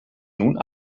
nun